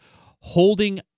holding